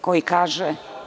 Koji kaže?